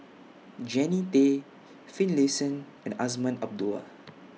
Jannie Tay Finlayson and Azman Abdullah